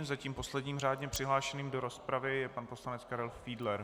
Zatím posledním řádně přihlášeným do rozpravy je pan poslanec Karel Fiedler.